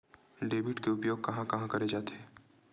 Debit के उपयोग कहां कहा करे जाथे?